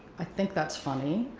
i think that's funny.